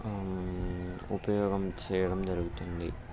ఉపయోగం చేయడం జరుగుతుంది